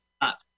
up